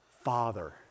Father